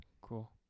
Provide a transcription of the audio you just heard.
Cool